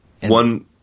One